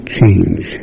change